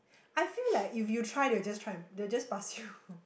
I feel like if you try they will just try they will just pass you